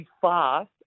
fast